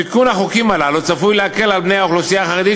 תיקון החוקים הללו צפוי להקל על בני האוכלוסייה החרדית